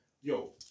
Yo